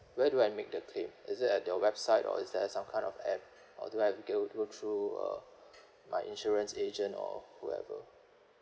where do I make the claim is it at your website or is there some kind of app or do I have to go go through uh my insurance agent or whoever